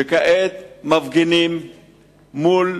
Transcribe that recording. שכעת מפגינים מול